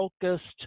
focused